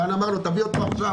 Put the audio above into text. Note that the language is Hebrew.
דן אמר לי: תביא אותו עכשיו.